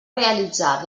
realitzar